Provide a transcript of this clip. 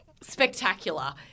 spectacular